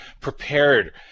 prepared